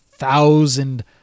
thousand